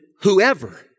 whoever